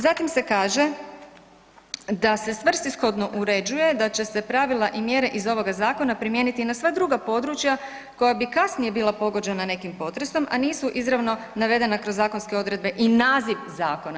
Zatim se kaže da se svrsishodno uređuje da će se pravila i mjere iz ovoga zakona primijeniti na sva druga područja koja bi kasnije bila pogođena nekim potresom, a nisu izravno navedena kroz zakonske odredbe i naziv zakona.